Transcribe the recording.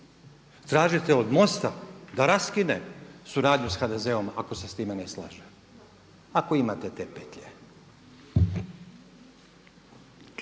Tražite od MOST-a da raskine suradnju sa HDZ-om ako se sa time ne slaže, ako imate te petlje.